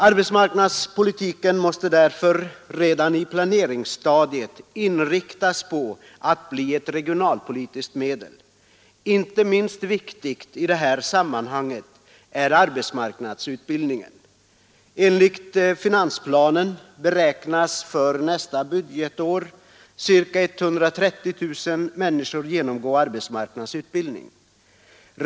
Arbetsmarknadspolitiken måste därför redan i planeringsstadiet inriktas på att bli ett regionalpolitiskt medel. Inte minst viktigt i det här sammanhanget är arbetsmarknadsutbildningen. Enligt finansplanen beräknas för nästa budgetår ca 130 000 människor genomgå arbetsmarknadsutbildning.